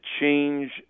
change